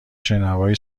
شنوایی